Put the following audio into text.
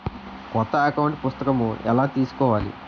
కొత్త అకౌంట్ పుస్తకము ఎలా తీసుకోవాలి?